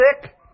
sick